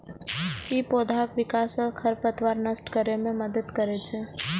ई पौधाक विकास आ खरपतवार नष्ट करै मे मदति करै छै